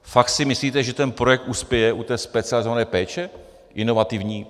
Fakt si myslíte, že ten projekt uspěje u té specializované péče, inovativní?